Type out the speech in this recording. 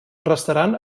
restaran